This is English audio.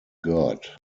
god